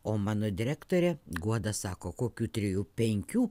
o mano direktorė guoda sako kokių trijų penkių